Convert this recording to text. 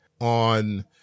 on